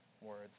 words